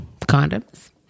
Condoms